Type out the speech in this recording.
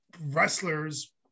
wrestlers